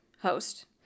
host